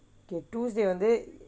okay tuesday வந்து:vanthu